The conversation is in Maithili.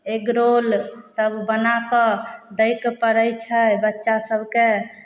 एग रोलसब बनाकऽ दैके पड़ै छै बच्चासभके